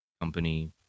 company